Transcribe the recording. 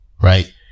right